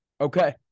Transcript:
Okay